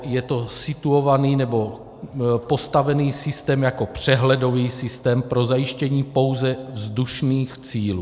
Je to situovaný nebo postavený systém jako přehledový systém pro zajištění pouze vzdušných cílů.